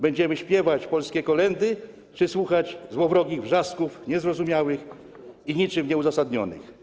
Będziemy śpiewać polskie kolędy czy słuchać złowrogich wrzasków, niezrozumiałych i niczym nieuzasadnionych?